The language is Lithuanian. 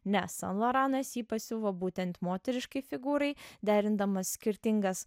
nes san loranas jį pasiuvo būtent moteriškai figūrai derindamas skirtingas